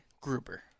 Gruber